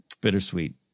bittersweet